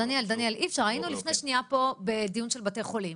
מגדילים את העוגה בדיוני תקציב.